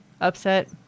upset